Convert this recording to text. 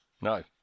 No